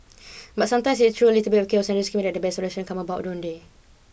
but sometimes it is through a little bit of chaos and that the best solution come about don't they